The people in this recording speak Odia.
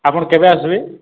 ଆପଣ୍ କେବେ ଆସ୍ବେ